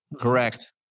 Correct